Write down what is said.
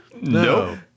No